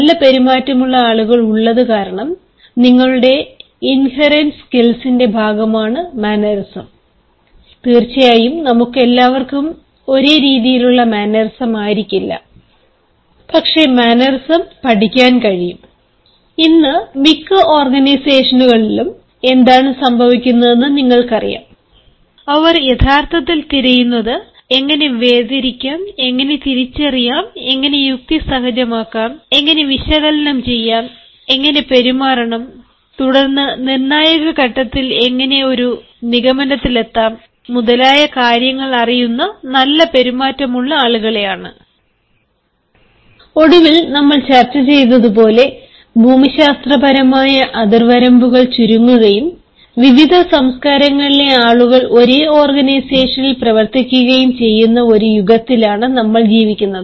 നല്ല പെരുമാറ്റമുള്ള ആളുകൾ ഉള്ളതു കാരണം നിങ്ങളുടെ ഇന്ഹേറെന്റ് സ്കിൽസ്ന്റെ ഭാഗമാണ് മാനറിസം തീർച്ചയായും നമുക്കെല്ലാവർക്കും ഒരേ രീതിയിലുള്ള മാനറിസം ആയിരിക്കില്ല പക്ഷേ മാനറിസം പഠിക്കാൻ കഴിയും ഇന്ന് മിക്ക ഓർഗനൈസേഷനുകളിലും എന്താണ് സംഭവിക്കുന്നതെന്ന് നിങ്ങൾക്കറിയാം അവർ യഥാർത്ഥത്തിൽ തിരിയുന്നതു എങ്ങനെ വേർതിരിക്കാം എങ്ങനെ തിരിച്ചറിയാം എങ്ങനെ യുക്തിസഹജമാക്കാം എങ്ങനെ വിശകലനം ചെയ്യാം എങ്ങനെ പെരുമാറണം തുടർന്ന് നിർണായക ഘട്ടത്തിൽ എങ്ങനെ ഒരു നിഗമനത്തിലെത്താം മുതലായ കാര്യങ്ങൾ അറിയുന്ന നല്ല പെരുമാറ്റമുള്ള ആളുകളെ ആണ് ഒടുവിൽ നമ്മൾ ചർച്ച ചെയ്തതുപോലെ ഭൂമിശാസ്ത്രപരമായ അതിർവരമ്പുകൾ ചുരുങ്ങുകയും വിവിധ സംസ്കാരങ്ങളിലെ ആളുകൾ ഒരേ ഓർഗനൈസേഷനിൽ പ്രവർത്തിക്കുകയും ചെയ്യുന്ന ഒരു യുഗത്തിലാണ് നമ്മൾ ജീവിക്കുന്നത്